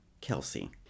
Kelsey